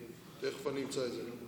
תכף אני אמצא את זה.